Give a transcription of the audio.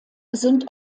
sind